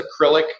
acrylic